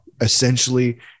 essentially